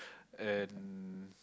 and